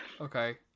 Okay